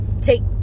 take